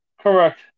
Correct